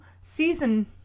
season